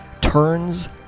turns